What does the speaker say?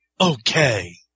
okay